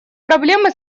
проблемы